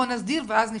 בוא נסדיר ואז נפקח.